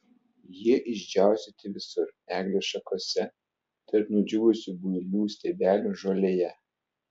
jie išdžiaustyti visur eglės šakose tarp nudžiūvusių builių stiebelių žolėje